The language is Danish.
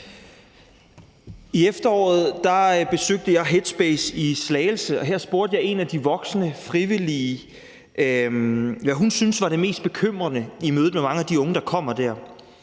I efteråret besøgte jeg Headspace i Slagelse, og her spurgte jeg en af de voksne frivillige, hvad hun syntes var det mest bekymrende i mødet med mange af de unge, der kommer der,